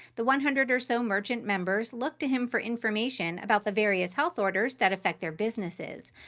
the one hundred or so merchant members look to him for information about the various health orders that affect their businesses.